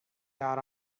got